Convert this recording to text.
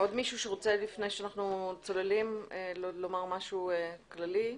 עוד מישהו שרוצה לומר משהו כללי לפני שאנחנו צוללים?